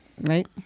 right